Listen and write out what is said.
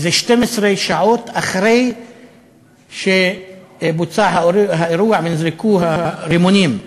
וזה 12 שעות אחרי שבוצע האירוע ונזרקו הרימונים.